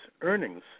earnings